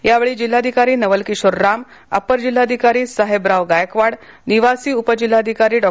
यावेळी जिल्हाधिकारी नवल किशोर राम अपर जिल्हाधिकारी साहेबराव गायकवाड निवासी उपजिल्हाधिकारी डॉ